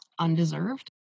undeserved